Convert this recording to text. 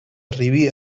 arribi